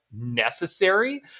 necessary